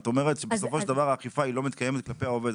את אומרת שבסופו של דבר האכיפה לא מתקיימת כלפי העובד,